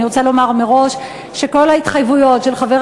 אני רוצה לומר מראש שכל ההתחייבויות של חבר